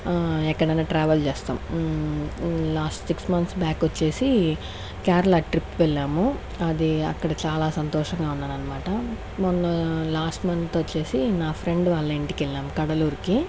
ఎక్కడన్నా ట్రావెల్ చేస్తాం last six months back వచ్చేసి కేరళకు ట్రిప్ వెళ్ళాము అది అక్కడ చాలా సంతోషంగా ఉన్నానన్మాట మొన్న లాస్ట్ మంత్ వచ్చేసి నా ఫ్రెండ్ వాళ్ళ ఇంటికెళ్ళాము కడలూరుకి